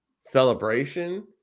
celebration